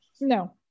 No